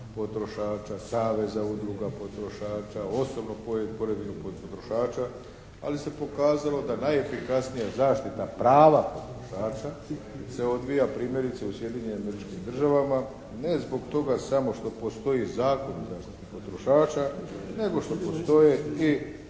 potrošača, Saveza udruga potrošača, osobnog pojedinog potrošača. Ali se pokazala da najefikasnija zaštita prava potrošača se odvija primjerice u Sjedinjenim Američkim Državama ne zbog toga samo što postoji Zakon o zaštiti potrošača, nego što postoje i